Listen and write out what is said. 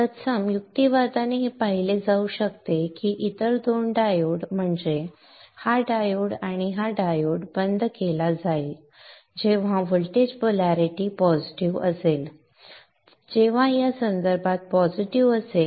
तत्सम युक्तिवादाने हे पाहिले जाऊ शकते की इतर 2 डायोड म्हणजे हा डायोड आणि हा डायोड बंद केला जाईल जेव्हा व्होल्टेज पोलारिटी पॉझिटिव्ह असेल जेव्हा या संदर्भात पॉझिटिव्ह असेल